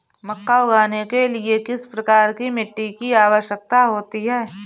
मक्का उगाने के लिए किस प्रकार की मिट्टी की आवश्यकता होती है?